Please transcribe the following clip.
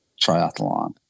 triathlon